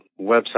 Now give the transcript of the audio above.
website